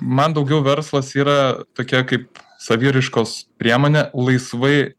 man daugiau verslas yra tokia kaip saviraiškos priemonė laisvai